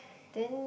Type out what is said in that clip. then